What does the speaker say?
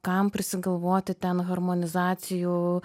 kam prisigalvoti ten harmonizacijų